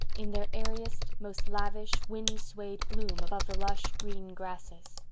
in their airiest, most lavish, wind-swayed bloom above the lush green grasses.